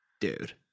Dude